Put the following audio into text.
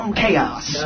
chaos